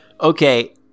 Okay